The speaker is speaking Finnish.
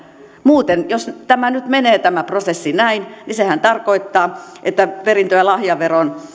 muuten jos tämä prosessi nyt menee näin tämähän tarkoittaa että perintö ja lahjaveroon